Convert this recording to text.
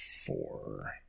four